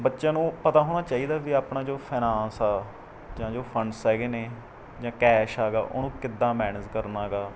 ਬੱਚਿਆਂ ਨੂੰ ਪਤਾ ਹੋਣਾ ਚਾਹੀਦਾ ਵੀ ਆਪਣਾ ਜੋ ਫਾਇਨਾਂਸ ਆ ਜਾਂ ਜੋ ਫੰਡਸ ਹੈਗੇ ਨੇ ਜਾਂ ਕੈਸ਼ ਹੈਗਾ ਉਹਨੂੰ ਕਿੱਦਾਂ ਮੈਨੇਜ ਕਰਨਾ ਹੈਗਾ